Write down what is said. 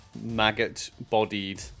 maggot-bodied